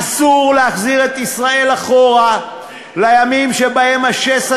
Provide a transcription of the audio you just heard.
אסור להחזיר את ישראל אחורה לימים שבהם השסע